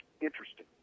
Interesting